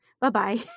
Bye-bye